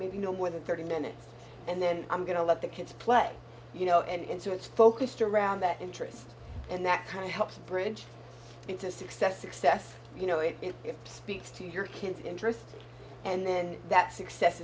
maybe no more than thirty minutes and then i'm going to let the kids play you know and so it's focused around that interest and that kind of helps a bridge into success success you know if it speaks to your kids interest and then that success